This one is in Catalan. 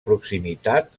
proximitat